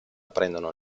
prendono